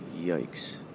yikes